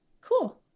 Cool